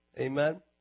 Amen